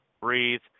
breathe